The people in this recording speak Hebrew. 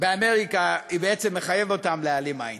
באמריקה בעצם מחייבת אותם להעלים עין.